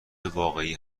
واقعی